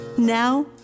now